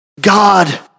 God